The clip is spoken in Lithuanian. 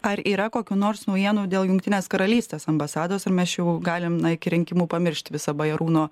ar yra kokių nors naujienų dėl jungtinės karalystės ambasados ar mes čia jau galim iki rinkimų pamiršt visą bajarūno